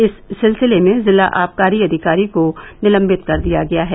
इस सिलसिले में जिला आबकारी अधिकारी को निलम्बित कर दिया गया है